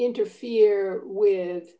interfere with